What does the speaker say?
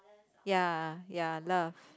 ya ya love